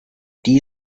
die